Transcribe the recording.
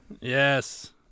Yes